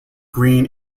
green